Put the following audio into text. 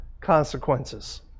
consequences